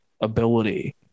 ability